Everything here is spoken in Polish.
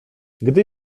gdy